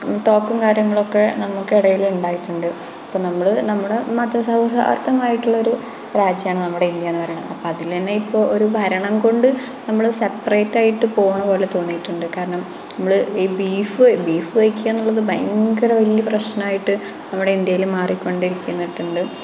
ടോക്കും കാര്യങ്ങളൊക്കെ നമുക്കിടയിൽ ഉണ്ടായിട്ടുണ്ട് നമ്മൾ നമ്മൾ മത സൗഹാർദ്ദമായിട്ടുള്ളൊരു രാജ്യമാണ് നമ്മളുടെ ഇന്ത്യ എന്നു പറയണെ അതിൽ തന്നെ ഭരണം കൊണ്ട് നമ്മൾ സപ്പറേറ്റായിട്ട് പോകണ പോലെ തോന്നിയിട്ടുണ്ട് കാരണം നമ്മൾ ഈ ബീഫ് ബീഫ് കഴിക്കുക എന്നുള്ളത് ഭയങ്കര വലിയ പ്രശ്നമായിട്ട് നമ്മുടെ ഇന്ത്യയിൽ മാറിക്കൊണ്ടിരിക്കുന്നുണ്ട്